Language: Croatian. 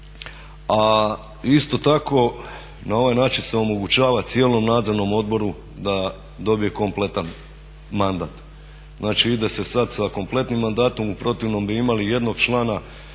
A isto tako na ovaj način se omogućava cijelom nadzornom odboru da dobije kompletan mandat. Znači ide se sada sa kompletnim mandatom, u protivnom bi imali jednog člana